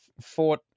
fought